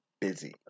busy